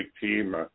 team